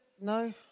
No